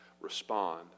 respond